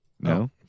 no